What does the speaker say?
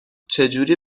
چجوری